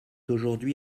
aujourd’hui